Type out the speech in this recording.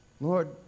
Lord